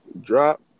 Drop